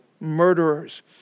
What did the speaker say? murderers